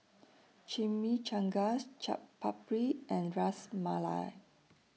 Chimichangas Chaat Papri and Ras Malai